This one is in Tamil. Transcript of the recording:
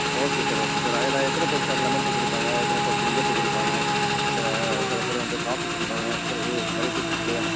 ஓகே சார் ஓகே சார் அதில் எத்தனைப் பேர் சார் லெமன் டீ குடிப்பாங்க எத்தனைப் பேர் ஜிஞ்சர் டீ குடிப்பாங்க ச சிலப்பேர் வந்து காஃபி குடிப்பாங்க அப்புறம் வெரைட்டிஸ் இருக்கு இல்லையா